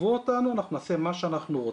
תעזבו אותנו, אנחנו נעשה מה שאנחנו רוצים.